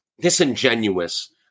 disingenuous